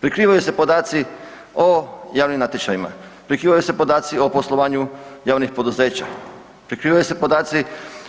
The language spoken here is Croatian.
Prikrivaju se podaci o javnim natječajima, prikrivaju se podaci o poslovanju javnih poduzeća, prikrivaju se podaci